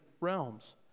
realms